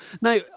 Now